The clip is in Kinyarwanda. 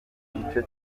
igice